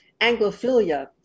Anglophilia